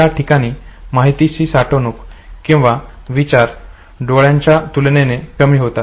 याठिकाणी माहितीची साठवणूक किंवा विचार डोळ्यांच्या तुलनेने कमी होतात